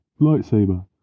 lightsaber